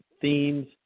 themes